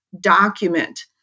document